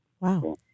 Wow